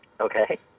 Okay